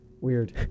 weird